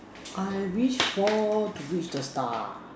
I wish so to reach the star